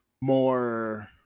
more